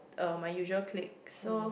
uh my usual clique so